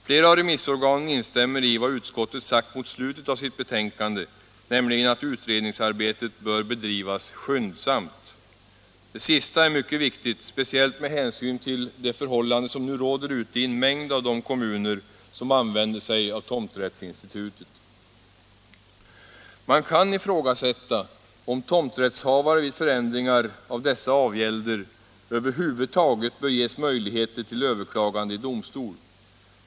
Flera av remissorganen säger liksom utskottet har sagt mot slutet av sitt betänkande, att utredningsarbetet bör bedrivas skyndsamt. Det sista är mycket viktigt, speciellt med hänsyn till det förhållande som nu råder i en mängd av de kommuner som använder sig av tomträttsinstitutet. Man kan ifrågasätta om tomträttshavare vid förändringar av dessa avgälder över huvud taget bör ges möjligheter till överklagande i domstol.